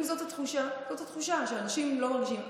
אם זאת התחושה, זאת התחושה שאנשים מרגישים.